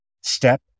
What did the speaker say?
step